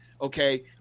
Okay